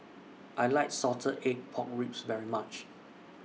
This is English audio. I like Salted Egg Pork Ribs very much